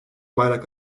bayrak